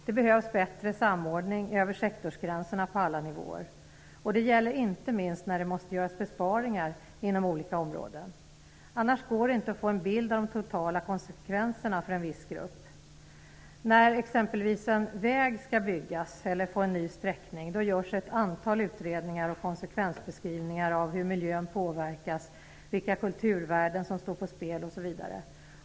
Det behövs bättre samordning över sektorsgränserna på alla nivåer. Det gäller inte minst när det måste göras besparingar inom olika områden. Annars går det inte att få en bild av de totala konsekvenserna för en viss grupp. När exempelvis en väg skall byggas eller få en ny sträckning görs ett antal utredningar och konsekvensbeskrivningar av hur miljön påverkas, vilka kulturvärden som står på spel osv.